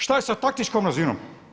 Šta je sa taktičkom razinom?